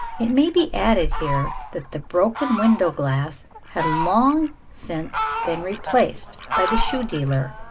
it may be added here, that the broken window glass had long since been replaced by the shoe dealer,